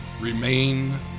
Remain